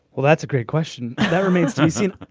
well, that's a great question. that remains to be seen.